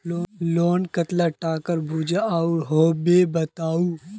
Loan कतला टाका भेजुआ होबे बताउ?